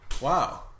Wow